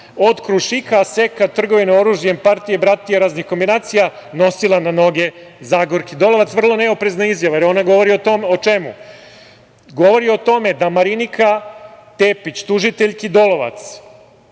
od „Krušika“, „Aseka“, trgovine oružjem, partije, bratije, raznih kombinacija nosila na noge Zagorki Dolovac. Vrlo neoprezna izjava, jer o čemu ona govori? Govori o tome da Marinika Tepić tužiteljki Dolovac